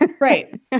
Right